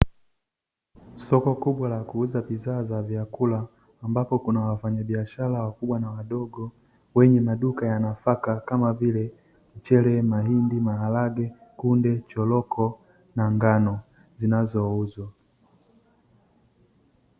Soko kubwa kla kuuza bidhaa za vyakula ambazo kuna wafanya biashara wakubwa na wadogo wenye maduka ya nafaka kama vile mchele ,mahindi, maharage ,kunde choroko na ngano zinazouzwa.